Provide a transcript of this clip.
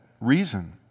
reason